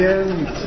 end